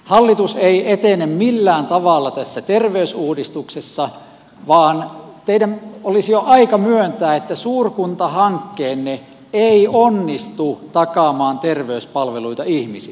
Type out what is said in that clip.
hallitus ei etene millään tavalla tässä terveysuudistuksessa vaan teidän olisi jo aika myöntää että suurkuntahankkeenne ei onnistu takaamaan terveyspalveluita ihmisille